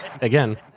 again